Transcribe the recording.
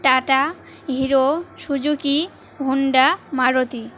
tata Hero Suzuki Honda Maruti